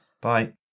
bye